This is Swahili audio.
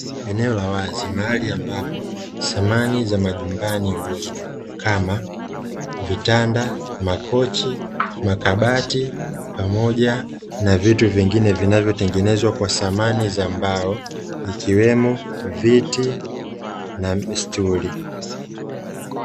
Eneo la wazi mahali ambapo samani za majumbani huuzwa kama vitanda, makochi, makabati pamoja na vitu vingine vinavyotengenezwa kwa samani za mbao, ikiwemo viti na stuli.